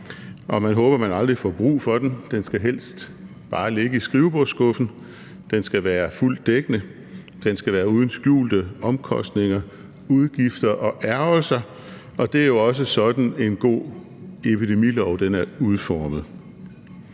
og man håber, at man aldrig får brug for den. Den skal helst bare ligge i skrivebordsskuffen, den skal være fuldt dækkende, den skal være uden skjulte omkostninger, udgifter og ærgrelser, og det er jo også sådan, en god epidemilov er udformet.